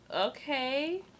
Okay